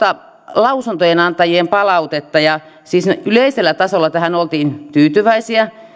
lausuntojen antajien palautetta siis yleisellä tasolla tähän oltiin tyytyväisiä